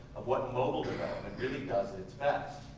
of what mobile development really does at its best.